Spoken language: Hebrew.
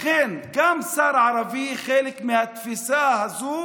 לכן, גם שר ערבי הוא חלק מהתפיסה הזאת